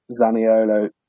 Zaniolo